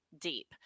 deep